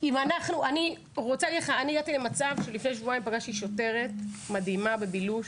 אני פגשתי לפני שבועיים שוטרת מדהימה מבילוש,